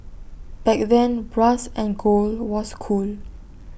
back then brass and gold was cool